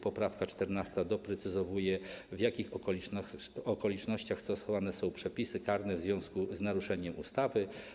Poprawka 14. doprecyzowuje, w jakich okolicznościach stosowane są przepisy karne w związku z naruszeniem ustawy.